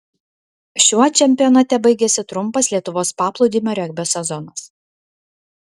šiuo čempionate baigėsi trumpas lietuvos paplūdimio regbio sezonas